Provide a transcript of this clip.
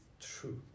true